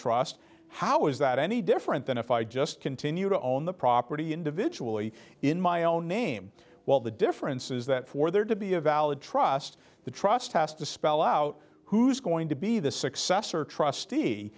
trust how is that any different than if i just continue to own the property individually in my own name while the difference is that for there to be a valid trust the trust has to spell out who's going to be the successor trustee